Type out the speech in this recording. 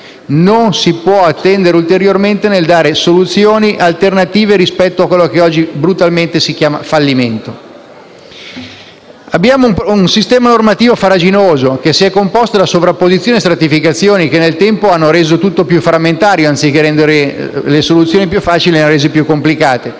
Non si può attendere ulteriormente nel dare soluzioni alternative rispetto a quello che oggi brutalmente si chiama fallimento. Abbiamo un sistema normativo farraginoso, composto da sovrapposizioni e stratificazioni che nel tempo hanno reso tutto più frammentario; anziché rendere le soluzioni più facili, le hanno rese più complicate.